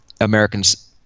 Americans